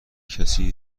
کسی